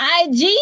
ig